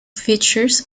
features